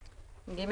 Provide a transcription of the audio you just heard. (ג).